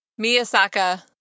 Miyasaka